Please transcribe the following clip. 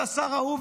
זה השר ההוא,